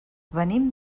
venim